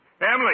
Emily